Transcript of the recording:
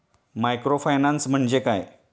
Microfinance म्हणजे काय?